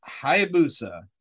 Hayabusa